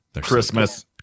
Christmas